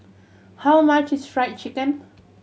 how much is Fried Chicken